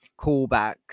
callbacks